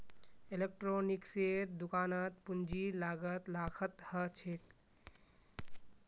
इलेक्ट्रॉनिक्सेर दुकानत पूंजीर लागत लाखत ह छेक